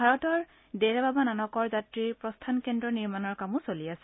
ভাৰতৰ ডেৰাবাবা নানকৰ যাত্ৰীৰ প্ৰস্থান কেন্দ্ৰৰ নিৰ্মণৰ কাম চলি আছে